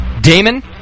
Damon